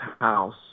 house